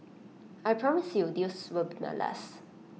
I promise you this will be my last